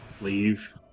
leave